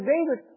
David